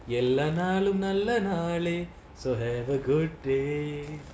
எல்லா நாளும் நல்ல நாளே:ellaa naalum nalla naale so a were good day